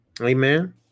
amen